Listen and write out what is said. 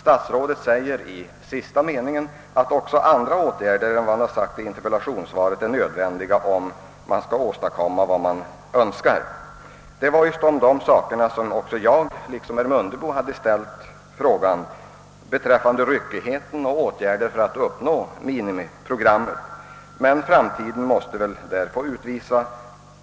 Statsrådet säger nämligen i sista meningen, att även andra åtgärder än de som nämnts i svaret är nödvändiga, om man skall kunna åstadkomma vad man önskar. Det var just den punkten som min interpellation berörde. Jag frågade om vilka åtgärder som kan vidtagas för att minska ryckigheten och för att uppnå minimiprogrammet. Framtiden får väl utvisa,